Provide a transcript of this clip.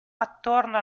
attorno